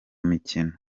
mukino